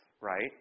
right